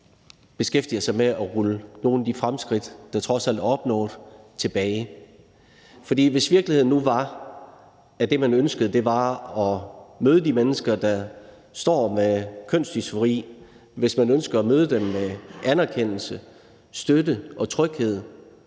beskæftiger sig med at rulle nogle af de fremskridt, der trods alt er opnået, tilbage. For hvis virkeligheden nu var, at det, man ønskede, var at møde de mennesker, der står med kønsdysfori, hvis man ønskede at møde dem med anerkendelse, støtte og tryghed,